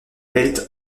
pelt